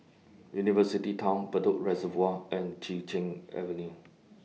University Town Bedok Reservoir and Chin Cheng Avenue